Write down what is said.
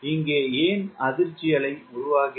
இங்கே ஏன் அதிர்ச்சி அலை உருவாகிறது